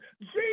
Jesus